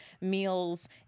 meals